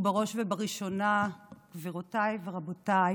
ובראש ובראשונה גבירותיי ורבותיי